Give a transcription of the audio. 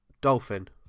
dolphin